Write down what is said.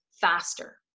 faster